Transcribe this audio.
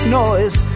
noise